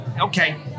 Okay